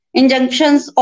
injunctions